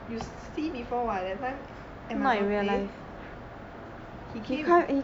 you see before [what] that time at my birthday he came